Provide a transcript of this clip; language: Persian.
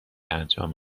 انجام